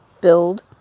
build